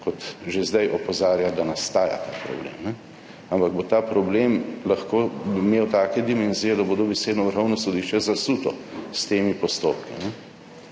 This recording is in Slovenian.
kot že zdaj opozarja, da nastaja ta problem, ampak bo ta problem lahko imel take dimenzije, da bo dobesedno Vrhovno sodišče zasuto s temi postopki